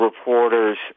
reporters